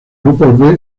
grupo